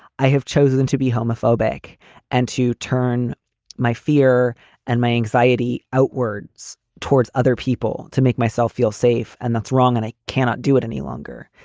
i have chosen to be homophobic and to turn my fear and my anxiety outwards towards other people to make myself feel safe. and that's wrong. and i cannot do it any longer.